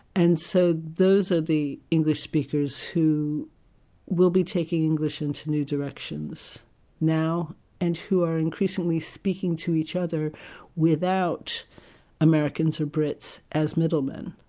and so those are the english speakers who will be taking english into new directions now and who are increasingly speaking to each other without americans or brits as middlemen,